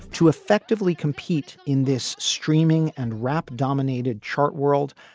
to effectively compete in this streaming and rap dominated chart world,